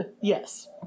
Yes